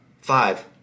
five